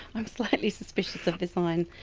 i'm slightly suspicious of this iron.